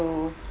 to